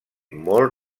molt